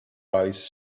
eyes